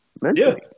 mentally